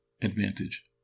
advantage